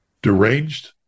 Deranged